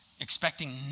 expecting